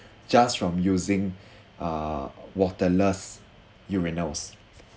just from using uh waterless urinals